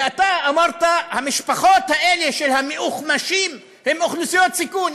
ואתה אמרת: המשפחות האלה של המאוחמ"שים הן אוכלוסיות סיכון,